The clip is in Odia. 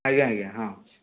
ଆଜ୍ଞା ଆଜ୍ଞା ହଁ